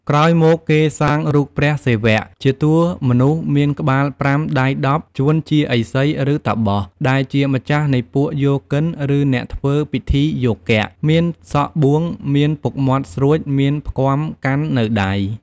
ក្រោយមក គេសាងរូបព្រះសិវៈ ជាតួមនុស្សមានក្បាល៥ ដៃ១០ ជួនជាឥសី ឬតាបស ដែលជាម្ចាស់នៃពួកយោគិន ឬអ្នកធ្វើពិធីយោគៈ មានសក់បួង មានពុកមាត់ស្រួច មានផ្គាំកាន់នៅដៃ។